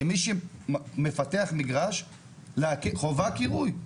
שמי שמפתח מגרש חובה כירוי.